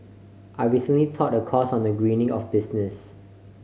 I recently taught a course on the greening of business